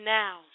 now